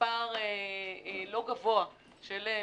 במספר לא גדול של משפחות.